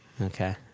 Okay